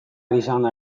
izanda